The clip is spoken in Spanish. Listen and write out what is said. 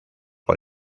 por